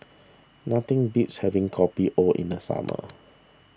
nothing beats having Kopi O in the summer